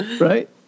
Right